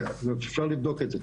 אפשר לבדוק את זה.